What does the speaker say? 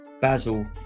basil